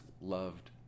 loved